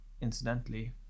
incidentally